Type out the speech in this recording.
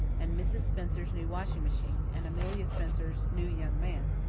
and mrs. spencer's new washing-machine, and amelia spencer's new young man.